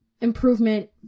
improvement